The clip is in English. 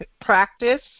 practice